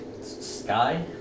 sky